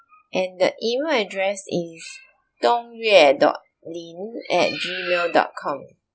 and the email address is Dong Yue dot Lin at gmail dot com